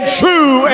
true